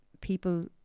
people